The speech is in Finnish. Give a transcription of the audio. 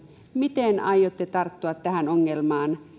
miten aiotte tarttua tähän ongelmaan